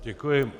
Děkuji.